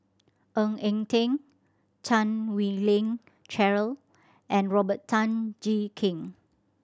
Ng Eng Teng Chan Wei Ling Cheryl and Robert Tan Jee Keng